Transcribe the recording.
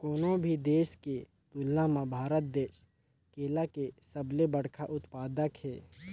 कोनो भी देश के तुलना म भारत देश केला के सबले बड़खा उत्पादक हे